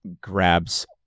grabs